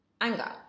anger